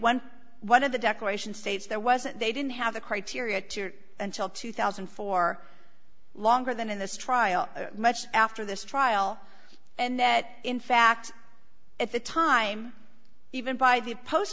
went one of the declaration states there wasn't they didn't have the criteria two until two thousand and four longer than in this trial much after this trial and that in fact at the time even by the post